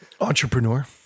entrepreneur